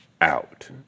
out